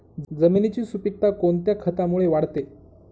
जमिनीची सुपिकता कोणत्या खतामुळे वाढते?